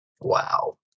Wow